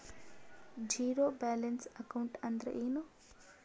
Zero balance account ಅಂದ್ರ ಏನು?